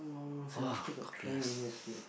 so long sia still got three minutes to